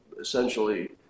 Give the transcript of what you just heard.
essentially